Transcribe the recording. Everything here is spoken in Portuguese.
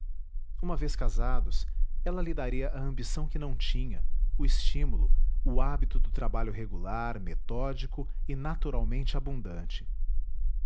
uma vez casados ela lhe daria a ambição que não tinha o estímulo o hábito do trabalho regular metódico e naturalmente abundante